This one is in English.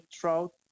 trout